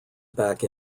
back